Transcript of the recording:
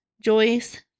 Joyce